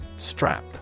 strap